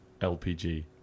LPG